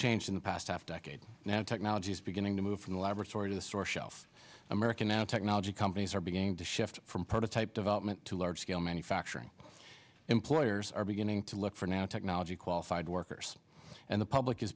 changed in the past half decade now technology is beginning to move from the laboratory to the store shelf american now technology companies are beginning to shift from prototype development to large scale manufacturing employers are beginning to look for now technology qualified workers and the public is